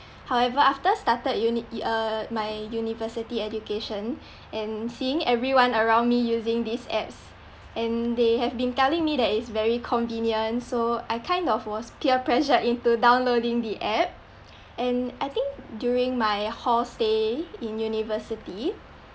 however after started uni uh my university education and seeing everyone around me using these apps and they have been telling me that it's very convenient so I kind of was peer pressured into downloading the app and I think during my hall stay in university